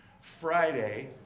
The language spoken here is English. Friday